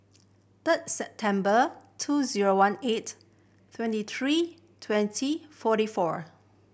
third September two zero one eigh twenty three twenty forty four